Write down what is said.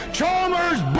Chalmers